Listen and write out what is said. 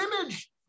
image